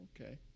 okay